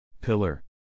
Pillar